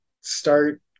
start